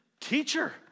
teacher